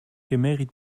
kemerit